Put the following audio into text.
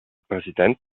präsident